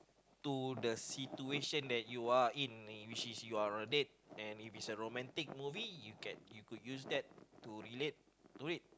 to the situation that you are in which is you are on a date and if its a romantic movie you can you could use that to relate to it